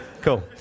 Cool